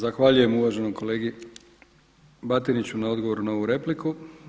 Zahvaljujem uvaženom kolegi Batiniću na odgovoru na ovu repliku.